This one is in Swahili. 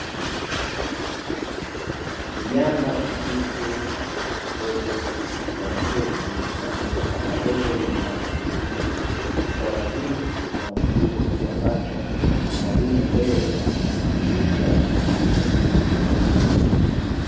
Vijana wa kike na watoto, wameketi ndani ya darasa dogo lenye mwanga hafifu, kwa makini wanasikiliza kile ambacho mwalimu mbele anafundisha kwa bidii.